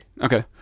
Okay